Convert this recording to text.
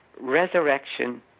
Resurrection